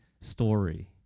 story